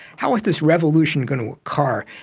how is this revolution going to occur?